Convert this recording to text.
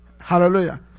Hallelujah